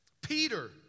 Peter